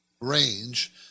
range